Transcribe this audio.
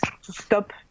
stop